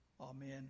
Amen